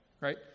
right